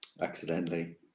accidentally